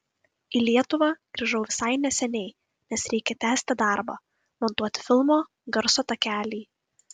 į lietuvą grįžau visai neseniai nes reikia tęsti darbą montuoti filmo garso takelį